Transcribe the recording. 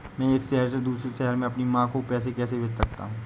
मैं एक शहर से दूसरे शहर में अपनी माँ को पैसे कैसे भेज सकता हूँ?